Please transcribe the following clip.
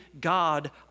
God